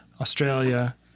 Australia